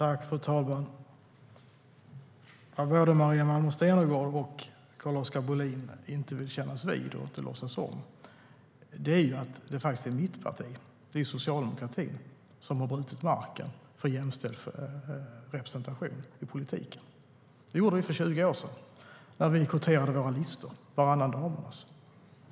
Fru talman! Vad både Maria Malmer Stenergard och Carl-Oskar Bohlin inte vill kännas vid eller låtsas om är att det faktiskt är mitt parti, Socialdemokraterna, som har brutit marken för en jämställd representation i politiken. Det gjorde vi för 20 år sedan när vi kvoterade våra listor, varannan damernas.